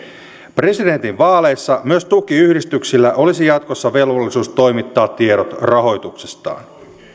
presidentinvaaleissa myös tukiyhdistyksillä olisi jatkossa velvollisuus toimittaa tiedot rahoituksestaan